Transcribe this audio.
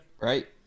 right